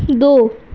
ਦੋ